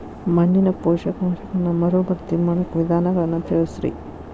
ಮಣ್ಣಿನ ಪೋಷಕಾಂಶಗಳನ್ನ ಮರುಭರ್ತಿ ಮಾಡಾಕ ವಿಧಾನಗಳನ್ನ ತಿಳಸ್ರಿ